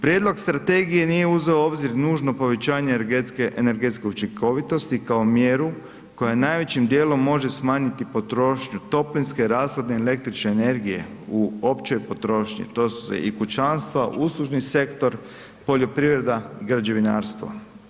Prijedlog strategije nije uzeo u obzir nužno povećanje energetske učinkovitosti kao mjeru koja najvećim djelom može smanjiti potrošnju toplinske rashladne električne energije u općoj potrošnji, to su i kućanstva, uslužni sektor, poljoprivreda i građevinarstvo.